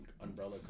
umbrella